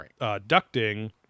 ducting